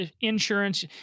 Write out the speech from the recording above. insurance